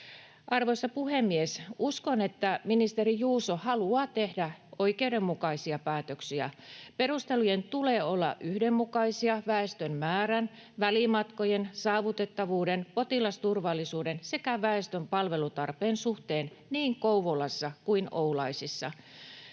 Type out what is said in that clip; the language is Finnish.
Arvoisa puhemies! Uskon, että ministeri Juuso haluaa tehdä oikeudenmukaisia päätöksiä. Perustelujen tulee olla yhdenmukaisia väestön määrän, välimatkojen, saavutettavuuden, potilasturvallisuuden sekä väestön palvelutarpeen suhteen niin Kouvolassa kuin Oulaisissa.